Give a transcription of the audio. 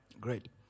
Great